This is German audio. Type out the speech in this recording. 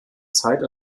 zeit